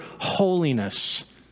holiness